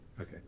Okay